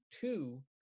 two